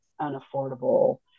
unaffordable